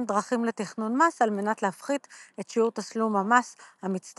דרכים לתכנון מס על מנת להפחית את שיעור תשלום המס המצטבר,